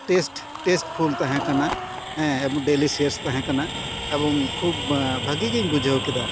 test tasteful ᱛᱟᱦᱮᱸ ᱠᱟᱱᱟ delicious ᱛᱟᱦᱮᱸ ᱠᱟᱱᱟ ᱮᱵᱚᱝ ᱠᱷᱩᱵᱽ ᱵᱷᱟᱜᱮ ᱜᱤᱧ ᱵᱩᱡᱷᱟᱹᱣ ᱠᱮᱫᱟ